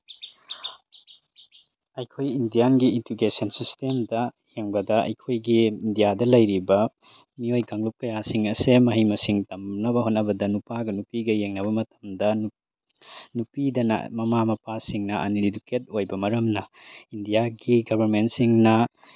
ꯑꯩꯈꯣꯏ ꯏꯟꯗꯤꯌꯥꯟꯒꯤ ꯏꯗꯨꯀꯦꯁꯟ ꯁꯤꯁꯇꯦꯝꯗ ꯌꯦꯡꯕꯗ ꯑꯩꯈꯣꯏꯒꯤ ꯏꯟꯗꯤꯌꯥꯗ ꯂꯩꯔꯤꯕ ꯃꯤꯑꯣꯏ ꯀꯥꯡꯂꯨꯞ ꯀꯌꯥꯁꯤꯡ ꯑꯁꯦ ꯃꯍꯩ ꯃꯁꯤꯡ ꯇꯝꯅꯕ ꯍꯣꯠꯅꯕꯗ ꯅꯨꯄꯥꯒ ꯅꯨꯄꯤꯒ ꯌꯦꯡꯅꯕ ꯃꯇꯝꯗ ꯅꯨꯄꯤꯗꯅ ꯃꯃꯥ ꯃꯄꯥꯁꯤꯡꯅ ꯑꯟꯏꯗꯨꯀꯦꯠ ꯑꯣꯏꯕ ꯃꯔꯝꯅ ꯏꯟꯗꯤꯌꯥꯒꯤ ꯒꯕꯔꯃꯦꯟꯁꯤꯡꯅ